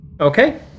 Okay